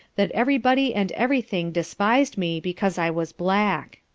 that every body and every thing despis'd me because i was black.